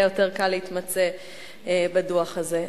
יהיה יותר קל להתמצא בדוח הזה.